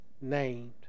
named